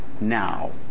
now